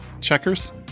Checkers